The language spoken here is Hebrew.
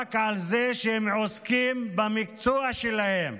רק על זה שהם עוסקים במקצוע שלהם,